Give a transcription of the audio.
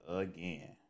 again